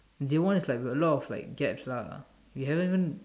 J one is like we have a lot of like gaps lah we haven't even